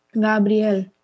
Gabriel